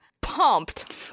Pumped